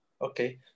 Okay